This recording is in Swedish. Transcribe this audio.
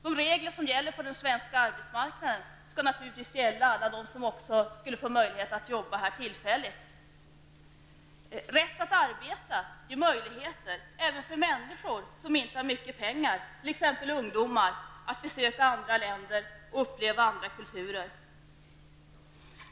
De regler som gäller på den svenska arbetsmarknaden skall naturligtvis gälla också dem som får arbeta här tillfälligt. Rätt att arbeta ger möjligheter även för människor som inte har mycket pengar, t.ex. ungdomar, att besöka andra länder och uppleva andra kulturer.